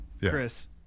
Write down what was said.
chris